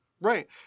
Right